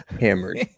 hammered